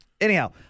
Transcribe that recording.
Anyhow